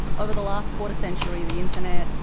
over the last quarter century, the internet,